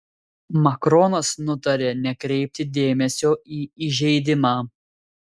makronas nutarė nekreipti dėmesio į įžeidimą